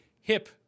hip